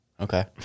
Okay